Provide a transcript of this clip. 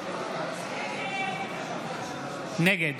נגד